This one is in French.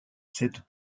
cette